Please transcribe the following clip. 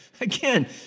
again